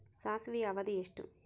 ಸಾಸಿವೆಯ ಅವಧಿ ಎಷ್ಟು?